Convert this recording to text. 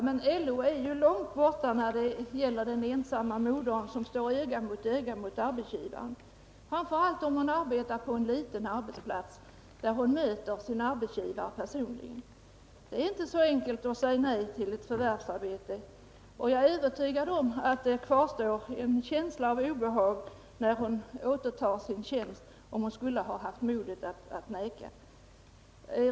Herr talman! Här åberopas LO:s yttrande, men LO är ju långt borta från den ensamma modern som står öga mot öga med arbetsgivaren, framför allt om hon arbetar på en liten arbetsplats, där hon möter sin arbetsgivare personligen. Det är inte så enkelt att säga nej till ett förvärvsarbete, och jag är övertygad om att det kvarstår en känsla av obehag, när hon återtar sin tjänst, ifall hon skulle ha modet att vägra.